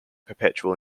perpetual